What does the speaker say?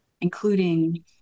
including